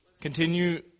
Continue